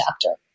chapter